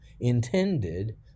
intended